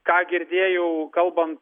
ką girdėjau kalbant